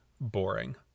boring